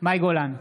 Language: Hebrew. מאי גולן,